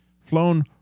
flown